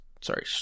sorry